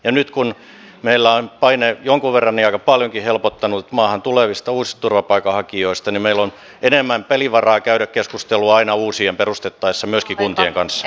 ja nyt kun meillä on paine jonkun verran ja aika paljonkin helpottanut maahan tulevista uusista turvapaikanhakijoista meillä on enemmän pelivaraa käydä keskustelua aina uusia perustettaessa myöskin kuntien kanssa